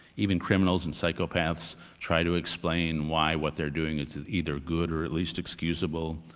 even criminals and psychopaths try to explain why what they're doing is either good, or at least excusable.